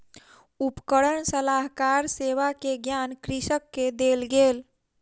उपकरण सलाहकार सेवा के ज्ञान कृषक के देल गेल